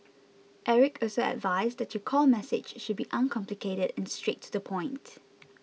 Eric also advised that your core message should be uncomplicated and straight to the point